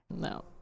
No